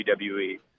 WWE